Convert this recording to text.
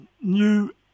new